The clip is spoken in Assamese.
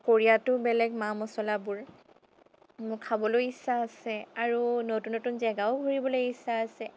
কোৰিয়াতো বেলেগ মা মছলাবোৰ খাবলৈও ইচ্ছা আছে আৰু নতুন নতুন জেগাও ঘুৰিবলৈ ইচ্ছা আছে